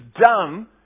done